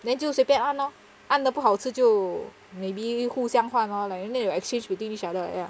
then 就随便按 lor 按的不好吃就 maybe 互相换 lor like you need to exchange between each other like that lah